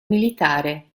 militare